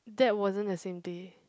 that wasn't the same day